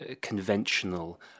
conventional